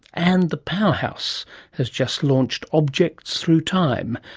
and the powerhouse has just launched objects through time,